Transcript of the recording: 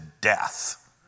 death